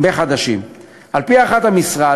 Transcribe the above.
על-פי הערכת המשרד,